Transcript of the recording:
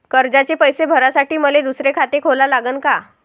कर्जाचे पैसे भरासाठी मले दुसरे खाते खोला लागन का?